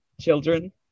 children